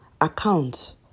account